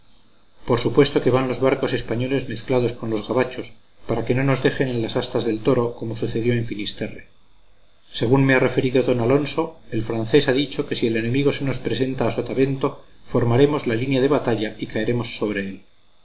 por supuesto que van los barcos españoles mezclados con los gabachos para que no nos dejen en las astas del toro como sucedió en finisterre según me ha referido d alonso el francés ha dicho que si el enemigo se nos presenta a sotavento formaremos la línea de batalla y caeremos sobre él